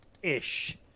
ish